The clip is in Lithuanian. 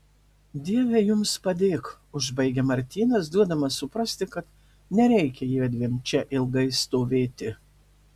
dieve jums padėk užbaigia martynas duodamas suprasti kad nereikia jiedviem čia ilgai stovėti